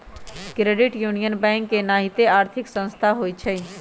credit union bank के नाहिते आर्थिक संस्था होइ छइ